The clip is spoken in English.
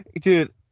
Dude